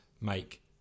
make